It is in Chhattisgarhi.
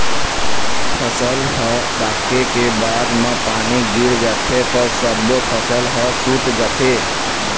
फसल ह पाके के बाद म पानी गिर जाथे त सब्बो फसल ह सूत जाथे